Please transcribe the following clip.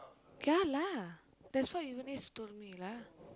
ya lah that's what Eunice told me lah